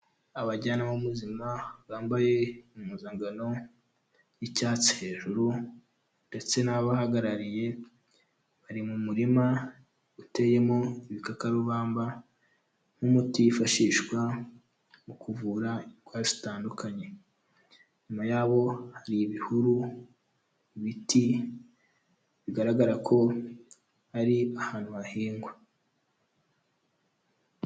Abajyanama b'ubuzima bambaye impuzankano y'icyatsi hejuru ndetse n'ababahagarariye, bari mu murima uteyemo ibikakarubamba nk'umuti wifashishwa mu kuvura indwara zitandukanye. Inyuma yabo hari ibihuru, ibiti, bigaragara ko ari ahantu hahingwa.